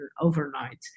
overnight